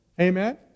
Amen